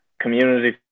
community